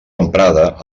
emprada